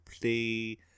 play